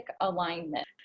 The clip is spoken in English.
alignment